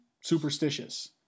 superstitious